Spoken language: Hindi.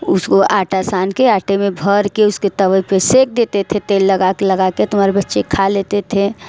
उसको आटा छान के आटे में भर के उसको तवे पर सेंक देते थे तेल लगा के लगाते तो हमारे बच्चे खा लेते थे